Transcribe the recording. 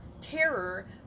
terror